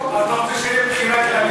הוא אומר שלא זה החוק.